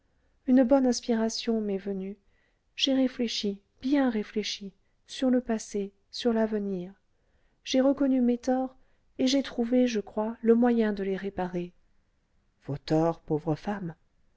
une bonne inspiration m'est venue j'ai réfléchi bien réfléchi sur le passé sur l'avenir j'ai reconnu mes torts et j'ai trouvé je crois le moyen de les réparer vos torts pauvre femme